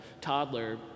toddler